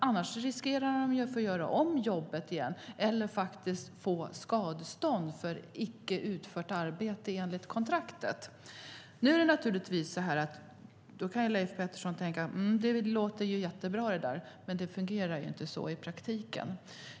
Annars riskerar man att få göra om jobbet igen eller att faktiskt betala skadestånd för icke utfört arbete enligt kontraktet. Nu kanske Leif Pettersson tänker: Det låter ju jättebra, men det fungerar inte så i praktiken.